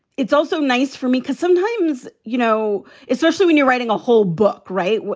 it's also nice for me because sometimes, you know, especially when you're writing a whole book. right.